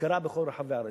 להשכרה בכל רחבי הארץ.